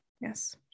Yes